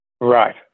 right